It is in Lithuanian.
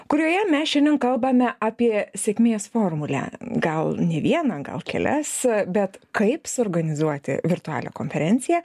kurioje mes šiandien kalbame apie sėkmės formulę gal ne vieną gal kelias bet kaip suorganizuoti virtualią konferenciją